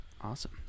awesome